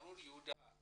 ברור, יהודה.